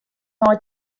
nei